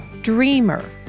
dreamer